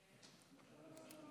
1574, 1573, 1575, 1594 ו-1611.